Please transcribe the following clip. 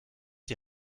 die